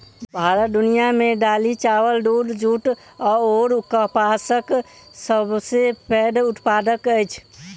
भारत दुनिया मे दालि, चाबल, दूध, जूट अऔर कपासक सबसे पैघ उत्पादक अछि